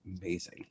amazing